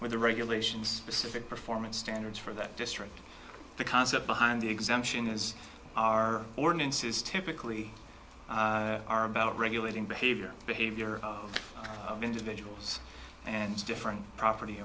with the regulations pacific performance standards for that district the concept behind the exemption is our ordinances typically are about regulating behavior behavior of individuals and different property